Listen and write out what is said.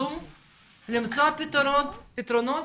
למצוא פתרונות.